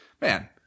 man